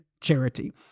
charity